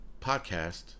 podcast